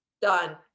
done